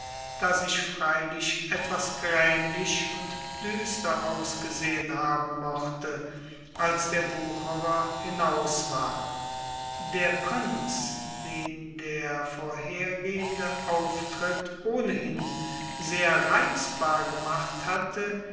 daß ich freilich etwas grämlich und düster ausgesehen haben mochte als der wucherer hinaus war der prinz den der vorhergehende auftritt ohnehin sehr reizbar gemacht hatte